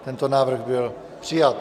Tento návrh byl přijat.